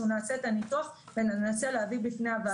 אנחנו נעשה את הניתוח וננסה להביא בפני הוועדה.